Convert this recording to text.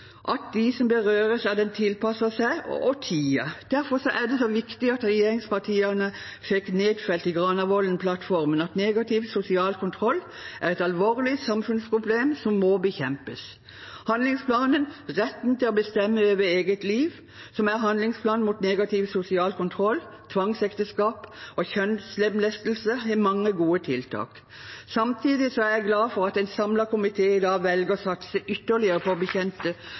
at de som berøres, tilpasser seg og tier. Derfor er det så viktig at regjeringspartiene fikk nedfelt i Granavolden-plattformen at «negativ sosial kontroll er et alvorlig samfunnsproblem som må bekjempes». Handlingsplanen Retten til å bestemme over eget liv, som er handlingsplanen mot negativ sosial kontroll, tvangsekteskap og kjønnslemlestelse, har mange gode tiltak. Samtidig er jeg glad for at en samlet komité i dag velger å satse ytterligere på